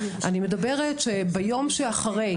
אני מדברת על היום שאחרי,